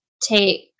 take